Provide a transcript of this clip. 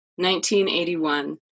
1981